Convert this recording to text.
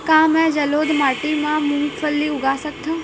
का मैं जलोढ़ माटी म मूंगफली उगा सकत हंव?